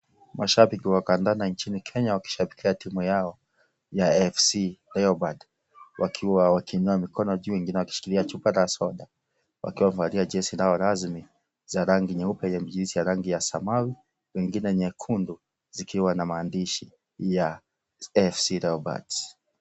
Mashabiki wa kandanda nchini Kenya wakishabikia timu yao ya AFC Leopard, Wakiwa wakiinua mikono juu wengine wakishikilia chupa za soda wakiwa wamevalia jezi zao rasmi za rangi nyeupe zenye michirizi ya rangi ya samawi, wengine nyekundu zikiwa na maandishi ya AFC Leopards.